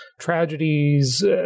tragedies